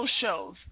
shows